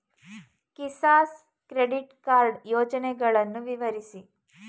Kisan credit card ಯೋಜನೆಯನ್ನು ವಿವರಿಸಿ?